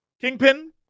Kingpin